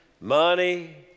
money